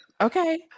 Okay